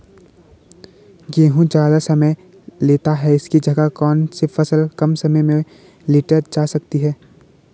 गेहूँ ज़्यादा समय लेता है इसकी जगह कौन सी फसल कम समय में लीटर जा सकती है?